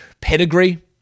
pedigree